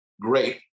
great